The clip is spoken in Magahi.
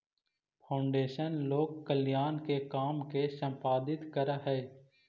फाउंडेशन लोक कल्याण के काम के संपादित करऽ हई